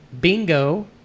Bingo